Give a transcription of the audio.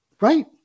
right